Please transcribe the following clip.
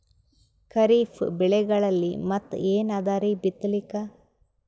ಖರೀಫ್ ಬೆಳೆಗಳಲ್ಲಿ ಮತ್ ಏನ್ ಅದರೀ ಬಿತ್ತಲಿಕ್?